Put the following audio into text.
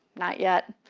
not yet.